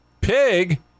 pig